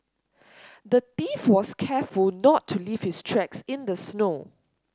the thief was careful not to leave his tracks in the snow